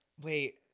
Wait